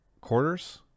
quarters